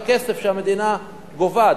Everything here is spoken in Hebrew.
הכסף שהמדינה גובה,